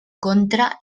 contra